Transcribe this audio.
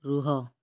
ରୁହ